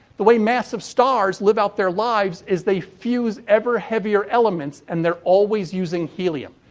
the way massive stars live out their lives is they fuse ever heavier elements, and they're always using helium.